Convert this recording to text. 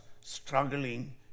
struggling